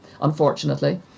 unfortunately